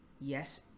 Yes